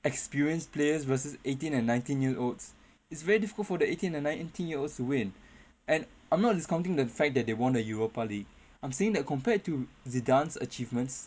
experienced players versus eighteen and nineteen year olds it's very difficult for the eighteen and ninety year olds to win and I'm not discounting the fact that they won the europa league I'm saying that compared to zidane's achievements